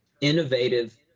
innovative